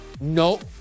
nope